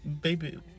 Baby